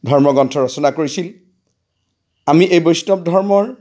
ধৰ্মগ্ৰন্থ ৰচনা কৰিছিল আমি এই বৈষ্ণৱ ধৰ্মৰ